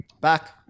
Back